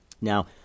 Now